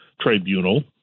Tribunal